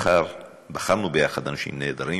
בחרנו יחד אנשים נהדרים,